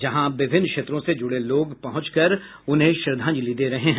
जहां विभिन्न क्षेत्रों से जुड़े लोग पहुंच कर उन्हें श्रद्धांजलि दे रहे हैं